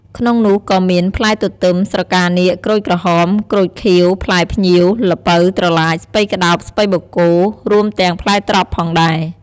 ក្នុងនោះក៏មាន ផ្លែទទឹម ស្រកានាគ ក្រូចក្រហម ក្រូចខៀវ ផ្លែភ្ញៀវ ល្ពៅ ត្រឡាច ស្ពៃក្តោប ស្ពៃបូកគោ រួមទាំងផ្លែត្រប់ផងដែរ។